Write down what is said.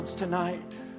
Tonight